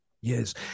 Yes